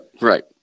right